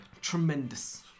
Tremendous